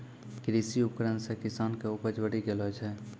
कृषि उपकरण से किसान के उपज बड़ी गेलो छै